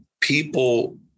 people